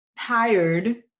tired